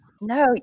No